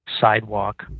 sidewalk